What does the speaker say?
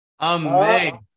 Amen